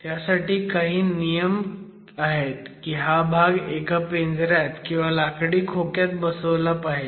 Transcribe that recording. त्यासाठी काही नियम आहेत की हा भाग एका पिंजऱ्यात किंवा लाकडी खोक्यात बसवला पाहीजे